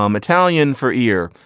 um italian for ear.